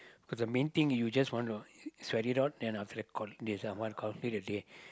but the main thing you just want to sweat it out then after that call this uh what call it a day